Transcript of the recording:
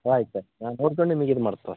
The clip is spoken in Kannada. ಆಯ್ತು ಆಯ್ತು ನಾನು ನೋಡ್ಕಂಡು ನಿಮಗೆ ಇದು ಮಾಡ್ತೆ ತಗೋರಿ